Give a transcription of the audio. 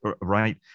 right